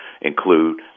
include